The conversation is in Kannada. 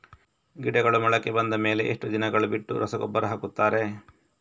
ಗಿಡಗಳು ಮೊಳಕೆ ಬಂದ ಮೇಲೆ ಎಷ್ಟು ದಿನಗಳು ಬಿಟ್ಟು ರಸಗೊಬ್ಬರ ಹಾಕುತ್ತಾರೆ?